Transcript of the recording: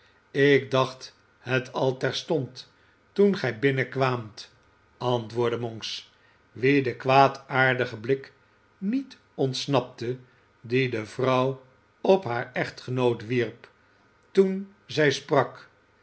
ik dacht het al terstond toen gij binnenkwaamt antwoordde monks wien de kwaadaardige blik niet ontsnapte dien de vrouw op haar echtgenoot wierp toen zij sprak